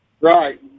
right